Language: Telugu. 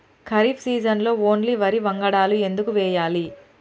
ఖరీఫ్ సీజన్లో ఓన్లీ వరి వంగడాలు ఎందుకు వేయాలి?